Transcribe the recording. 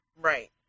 Right